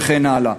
וכן הלאה.